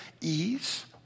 ease